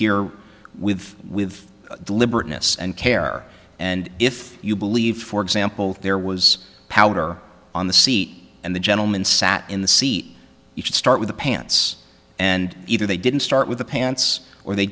here with with deliberateness and care and if you believe for example there was powder on the seat and the gentleman sat in the seat you could start with the pants and either they didn't start with the pants or they